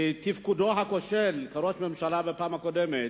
מתפקודו הכושל כראש ממשלה בפעם הקודמת,